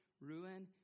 ruin